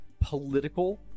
political